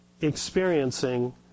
experiencing